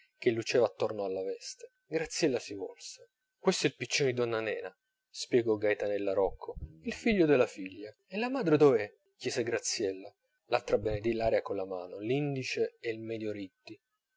che luceva attorno alla veste graziella si volse questo è il piccino di donna nena spiegò gaetanella rocco il figlio della figlia e la madre dov'è chiese graziella l'altra benedì l'aria con la mano l'indice e il medio ritti